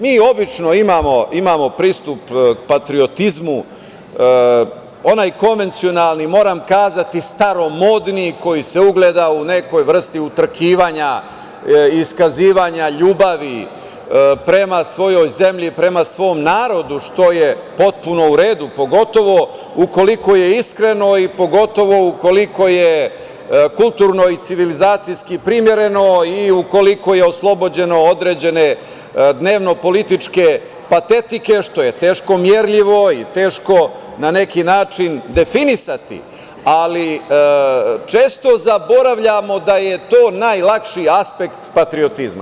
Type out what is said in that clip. Mi obično imamo pristup patriotizmu, onaj konvencionalni, moram kazati staromodni, koji se ogleda u nekoj vrsti utrkivanja, iskazivanja ljubavi prema svojoj zemlji, prema svom narodu, što je potpuno u redu, pogotovo ukoliko je iskreno i pogotovo ukoliko je kulturno i civilizacijski primereno i ukoliko je oslobođeno određene dnevno-političke patetike, što je teško merljivo i teško na neki način definisati, ali često zaboravljamo da je to najlakši aspekt patriotizma.